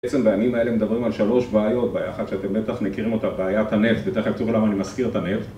בעצם בימים האלה מדברים על שלוש בעיות בעיה אחת שאתם בטח מכירים אותה, בעיית הנב ותכף תראו למה אני מזכיר את הנב